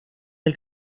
del